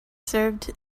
served